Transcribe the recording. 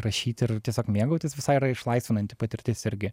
rašyt ir tiesiog mėgautis visai yra išlaisvinanti patirtis irgi